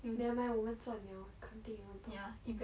you never mind 我们赚了肯定有很多